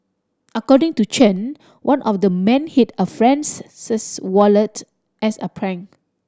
according to Chen one of the men hid a friend's wallet as a prank